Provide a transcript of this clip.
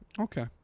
Okay